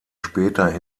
später